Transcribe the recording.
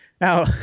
Now